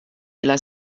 della